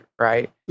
right